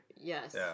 yes